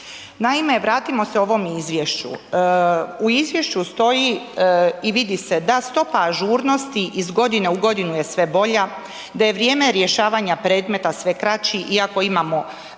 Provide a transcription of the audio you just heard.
Naime, vratimo se ovom izvješću, u izvješću stoji i vidi se da stopa ažurnosti iz godine u godinu je sve bolja, da je vrijeme rješavanja predmeta sve kraći iako imamo manji